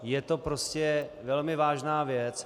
Je to prostě velmi vážná věc.